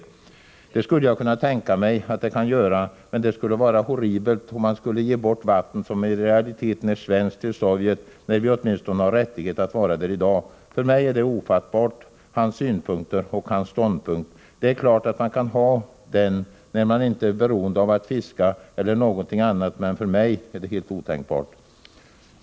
Jens Eriksson: Det skulle jag kunna tänka mig att det kan göra, men det skulle ju vara horribelt om man skulle ge bort vatten som i realiteten är svenskt till Sovjet, när vi åtminstone har rättighet att vara där i dag. För mig är det ofattbart, hans synpunkt och hans ståndpunkt. Det är klart att man kan ha den när man inte är beroende av att fiska eller någonting annat, men för mig är det helt otänkbart.